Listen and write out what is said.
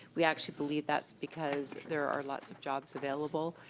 we actually believe that's because there are lots of jobs available,